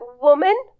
woman